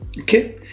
Okay